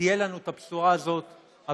תהיה לנו הבשורה הזאת לאזרחים,